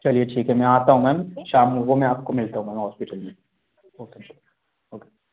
चलिए ठीक है मैं आता हूँ मैम शाम को मैं आपको मिलता हूँ वहाँ हॉस्पिटल में ओके ओके